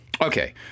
Okay